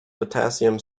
potassium